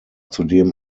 zudem